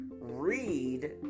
read